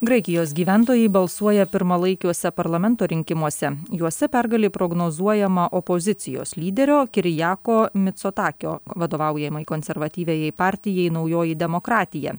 graikijos gyventojai balsuoja pirmalaikiuose parlamento rinkimuose juose pergalė prognozuojama opozicijos lyderio kirijako micotakio vadovaujamai konservatyviajai partijai naujoji demokratija